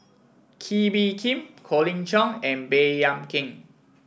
Kee Bee Khim Colin Cheong and Baey Yam Keng